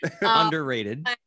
Underrated